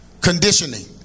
conditioning